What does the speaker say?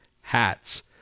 hats